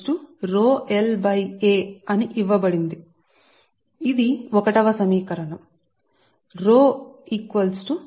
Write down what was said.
సమీకరణం 1 ఎందుకంటే ఇది రెండవ అంశం కాబట్టి ఇది మళ్ళీ సమీకరణం 1